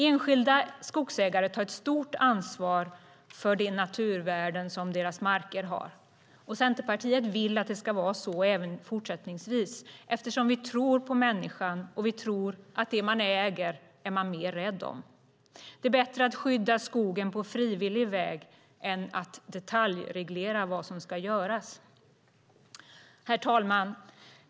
Enskilda skogsägare tar ett stort ansvar för de naturvärden som deras marker har. Centerpartiet vill att det ska vara så även fortsättningsvis, eftersom vi tror på människan och vi tror att det man äger är man mer rädd om. Det är bättre att skydda skogen på frivillig väg än att detaljreglera vad som ska göras. Herr talman!